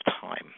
time